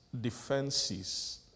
defenses